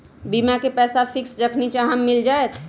बीमा के पैसा फिक्स जखनि चाहम मिल जाएत?